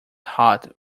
hot